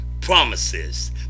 promises